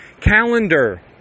calendar